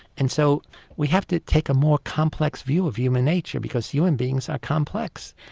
and so we have to take a more complex view of human nature because human beings are complex.